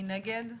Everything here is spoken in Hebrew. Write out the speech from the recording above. מי נגד?